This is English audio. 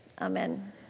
Amen